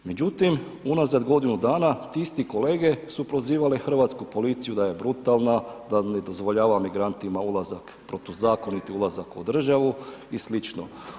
Međutim, unazad godinu dana ti isti kolege su prozivali Hrvatsku policiju da je brutalna, da ne dozvoljava migrantima ulazak protuzakoniti, ulazak u državu i slično.